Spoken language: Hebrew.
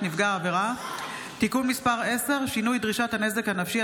נפגע העבירה (תיקון מס' 10) (שינוי דרישת הנזק הנפשי),